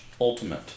Ultimate